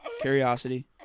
curiosity